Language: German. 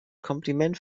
kompliment